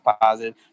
positive